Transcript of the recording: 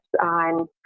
on